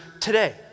today